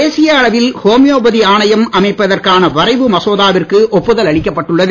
தேசிய அளவில் ஹோமியோபதி ஆணையம் அமைப்பதற்கான வரைவு மசோதாவிற்கு ஒப்புதல் அளிக்கப் பட்டுள்ளது